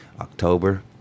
october